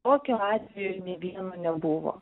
tokio atvejo nei vieno nebuvo